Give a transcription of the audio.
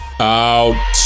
Out